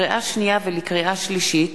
לקריאה שנייה ולקריאה שלישית: